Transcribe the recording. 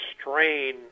strain